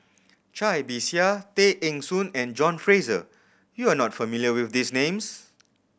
Cai Bixia Tay Eng Soon and John Fraser you are not familiar with these names